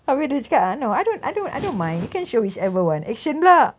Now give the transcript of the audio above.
abeh dia cakap ah I know I don't I don't I don't mind you can show whichever one action pula